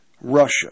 Russia